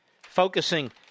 focusing